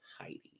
Heidi